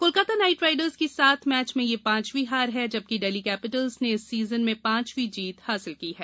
Kolkata Knight Riders की सात match में यह पांचवीं हार है जबकि दिल्ली कैपिटल्स ने इस सीजन में पांचवीं जीत हासिल की है